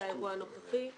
לאירוע הנוכחי,